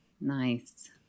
nice